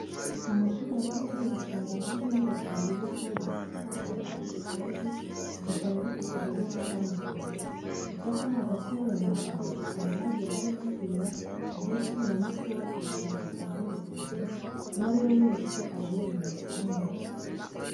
Mu mashuri ya kaminuza usanga haba hari inyubako nziza kandi zisakajwe amabati kandi zikaba zikikijwe n'ubusitani bwiza. Icyakora, hagati yayo mapave, usanga hagiye harimo utuyira tugiye tunyuramo twubakishije amapave buri muntu uwo ari we wese aba yemerewe kuhanyura.